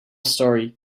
story